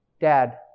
dad